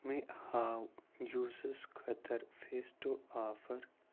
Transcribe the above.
مےٚ ہاو جوٗسس خٲطر فیسٹو آفر